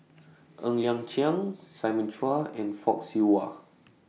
Ng Liang Chiang Simon Chua and Fock Siew Wah